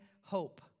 hope